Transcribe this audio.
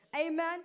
Amen